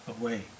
away